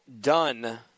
done